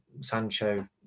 Sancho